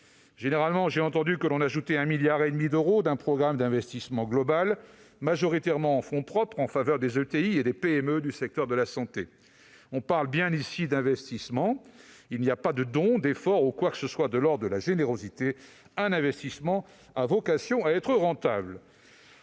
entendu qu'il était question d'ajouter 1,5 milliard d'euros issus d'un programme d'investissement global, majoritairement en fonds propres, en faveur des ETI et des PME du secteur de la santé. Mais l'on parle ici d'investissements ; il n'y a pas de dons, d'efforts ou quoi que ce soit qui relèverait de la générosité : un investissement a vocation à être rentable.